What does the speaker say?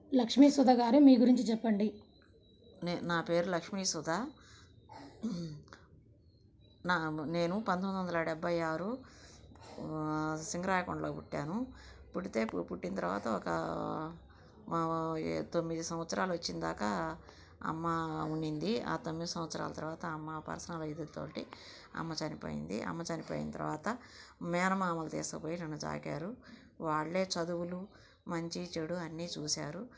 లక్ష్మీ సుధా గారు మీ గురించి చెప్పండి నా నా పేరు లక్ష్మీ సుధా నా నేను పందొమ్మిది వందల డెబ్బై ఆరు సింగరాయకొండలో పుట్టాను పుడితే అప్పుడు పుట్టిన తర్వాత ఒక తొమ్మిది సంవత్సరాలు వచ్చేదాకా అమ్మ ఉండింది ఆ తొమ్మిది సంవత్సరాలు తర్వాత అమ్మ పర్సనల్ ఇది తోటి అమ్మ చనిపోయింది అమ్మ చనిపోయిన తర్వాత మేనమామలు తీసుకుపోయి నన్ను సాకారు వాళ్ళే చదువులు మంచి చెడు అన్ని చూశారు